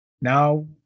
Now